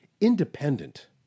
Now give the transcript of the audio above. independent